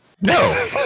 no